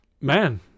man